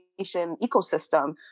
ecosystem